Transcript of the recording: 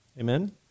Amen